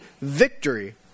victory